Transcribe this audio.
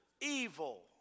Evil